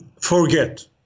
forget